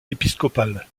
épiscopale